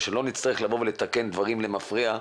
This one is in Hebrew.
כדי שלא נצטרך לתקן דברים למפרע,